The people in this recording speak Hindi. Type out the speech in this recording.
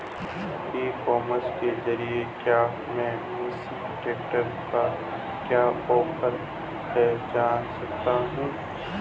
ई कॉमर्स के ज़रिए क्या मैं मेसी ट्रैक्टर का क्या ऑफर है जान सकता हूँ?